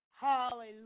Hallelujah